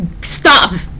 stop